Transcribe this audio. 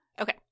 Okay